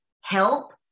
help